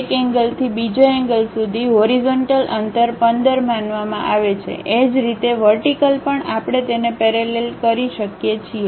એક એન્ગ્લથી બીજા એન્ગ્લ સુધી હોરીજનટલ અંતર 15 માનવામાં આવે છે એ જ રીતે વર્ટિકલ પણ આપણે તેને પેરેલલ કરી શકીએ છીએ